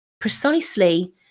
precisely